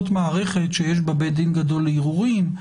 זאת מערכת שיש בה בית דין גדול לערעורים,